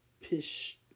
Pish